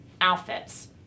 outfits